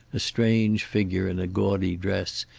a strange figure in a gaudy dress,